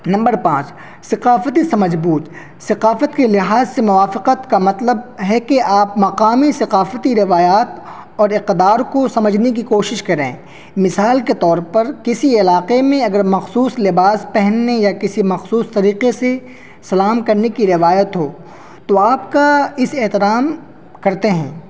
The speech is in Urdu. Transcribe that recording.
نمبر پانچ ثقافتی سمجھ بوجھ ثقافت کے لحاظ سے موافقت کا مطلب ہے کہ آپ مقامی ثقافتی روایات اور اقدار کو سمجھنے کی کوشش کریں مثال کے طور پر کسی علاقے میں اگر مخصوص لباس پہننے یا کسی مخصوص طریقے سے سلام کرنے کی روایت ہو تو آپ کا اس احترام کرتے ہیں